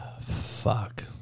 Fuck